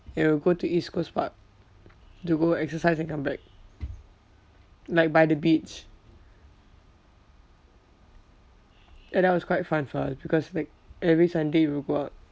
ya we go to east coast park to go exercise and come back like by the beach ya that was quite fun for us because like every sunday we will go out